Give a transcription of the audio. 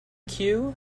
queue